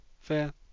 fair